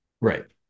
right